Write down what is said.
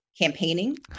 campaigning